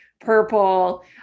purple